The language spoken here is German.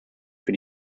für